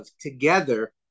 together